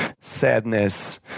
sadness